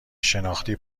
شناختی